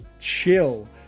chill